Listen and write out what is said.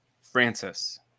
francis